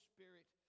Spirit